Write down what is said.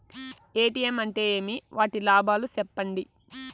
ATM అంటే ఏమి? వాటి లాభాలు సెప్పండి